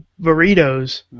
burritos